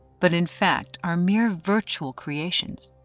but in fact are mere virtual creations.